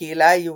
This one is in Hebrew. לקהילה היהודית.